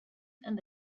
and